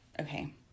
Okay